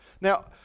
Now